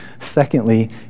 Secondly